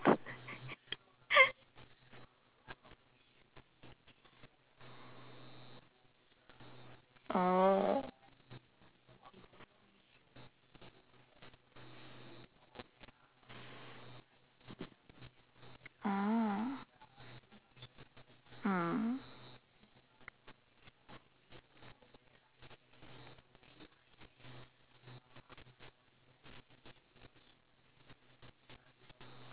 oh ah mm